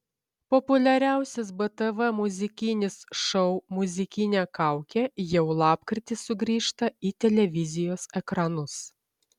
populiariausias btv muzikinis šou muzikinė kaukė jau lapkritį sugrįžta į televizijos ekranus